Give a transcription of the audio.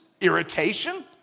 irritation